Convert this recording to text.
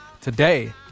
today